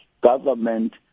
Government